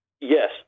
Yes